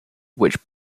which